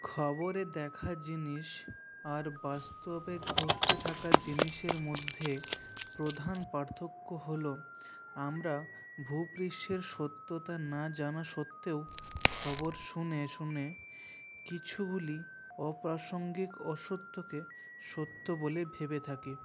খবরে দেখা জিনিস আর বাস্তবে ঘটতে থাকা জিনিসের মধ্যে প্রধান পার্থক্য হল আমরা ভূপৃষ্ঠের সত্যতা না জানা সত্বেও খবর শুনে শুনে কিছুগুলি অপ্রাসঙ্গিক অসত্যকে সত্য বলে ভেবে থাকি